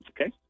okay